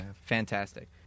fantastic